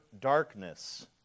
darkness